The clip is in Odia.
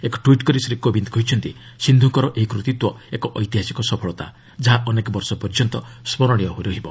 ଏକ ଟ୍ୱିଟ୍ କରି ଶ୍ରୀ କୋବିନ୍ଦ୍ କହିଛନ୍ତି ସିନ୍ଧଙ୍କର ଏହି କୃତିତ୍ୱ ଏକ ଐତିହାସିକ ସଫଳତା ଯାହା ଅନେକ ବର୍ଷ ପର୍ଯ୍ୟନ୍ତ ସ୍କରଣୀୟ ହୋଇ ରହିବ